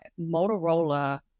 Motorola